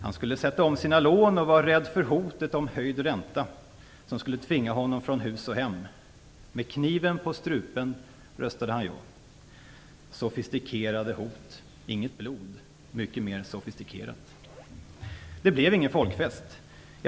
Han skulle sätta om sina lån och var rädd för hotet om höjd ränta, något som skulle tvinga honom från hus och hem. Med kniven på strupen röstade han ja. Hoten var sofistikerade - inget blod. Det var mycket mer sofistikerat. Det blev ingen folkfest.